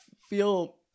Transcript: feel